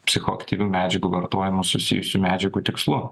psichoaktyvių medžiagų vartojimu susijusių medžiagų tikslu